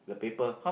the paper